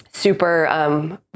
super